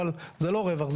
אבל זה לא רווח,